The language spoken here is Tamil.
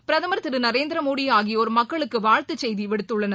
பிரதமர் திரு நரேந்திரமோடி ஆகியோர் மக்களுக்கு வாழ்த்துச் செய்தி விடுத்துள்ளனர்